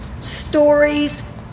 stories